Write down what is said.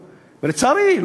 ולצערי,